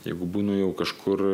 jeigu būnu jau kažkur